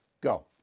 go